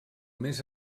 més